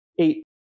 eight